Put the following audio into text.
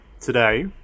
today